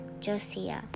Josiah